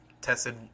tested